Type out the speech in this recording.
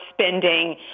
spending